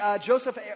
Joseph